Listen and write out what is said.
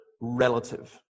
relative